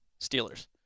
Steelers